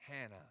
Hannah